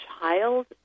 child